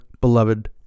beloved